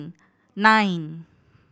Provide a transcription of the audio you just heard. nine